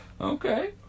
Okay